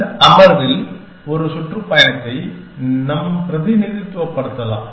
இந்த அமர்வில் ஒரு சுற்றுப்பயணத்தை நம் பிரதிநிதித்துவப் படுத்தலாம்